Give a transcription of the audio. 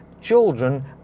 children